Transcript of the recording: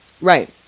Right